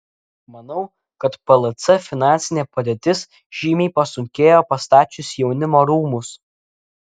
manau kad plc finansinė padėtis žymiai pasunkėjo pastačius jaunimo rūmus